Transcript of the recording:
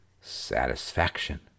satisfaction